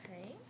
Okay